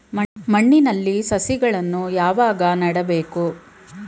ಮಣ್ಣಿನಲ್ಲಿ ಸಸಿಗಳನ್ನು ಯಾವಾಗ ನೆಡಬೇಕು?